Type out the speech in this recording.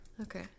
Okay